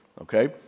okay